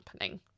happening